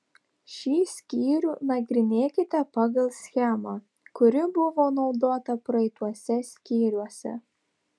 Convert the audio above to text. šį skyrių nagrinėkite pagal schemą kuri buvo naudota praeituose skyriuose